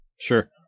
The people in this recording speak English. Sure